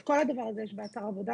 את כל הדבר הזה יש באתר עבודתה.